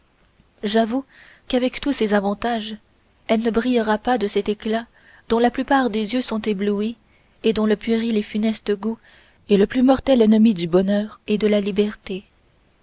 j'avoue qu'avec tous ces avantages elle ne brillera pas de cet éclat dont la plupart des yeux sont éblouis et dont le puéril et funeste goût est le plus mortel ennemi du bonheur et de la liberté